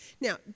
Now